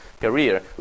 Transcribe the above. career